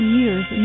years